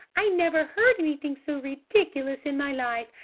i never heard anything so ridiculous in my life!